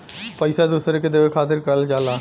पइसा दूसरे के देवे खातिर करल जाला